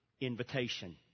invitation